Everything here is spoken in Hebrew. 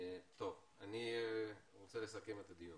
אני רוצה לסכם את הדיון.